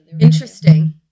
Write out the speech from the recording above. Interesting